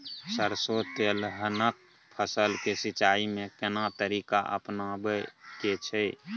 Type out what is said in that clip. सरसो तेलहनक फसल के सिंचाई में केना तरीका अपनाबे के छै?